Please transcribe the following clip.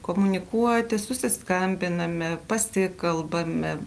komunikuoti susiskambiname pasikalbame